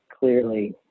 clearly